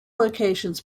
locations